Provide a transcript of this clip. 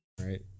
right